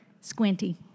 squinty